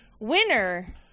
winner